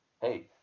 Hey